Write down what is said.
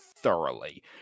thoroughly